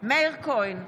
מאיר כהן,